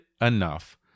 enough